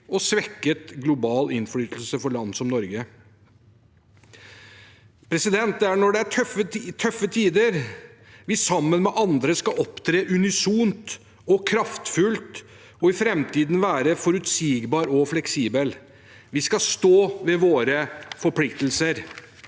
og svekket global innflytelse for land som Norge. Det er når det er tøffe tider, vi sammen med andre skal opptre unisont og kraftfullt og i framtiden være forutsigbare og fleksible. Vi skal stå ved våre forpliktelser.